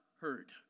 heard